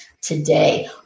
today